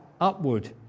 upward